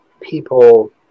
people